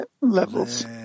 levels